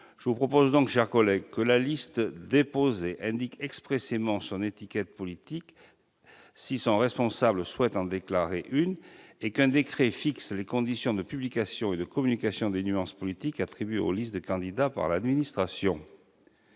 Je vous propose donc, mes chers collègues, que la liste déposée indique expressément son étiquette politique si son responsable souhaite en déclarer une, et qu'un décret fixe les conditions de publication et de communication des nuances politiques attribuées aux listes de candidats par l'administration.